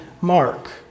Mark